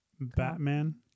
Batman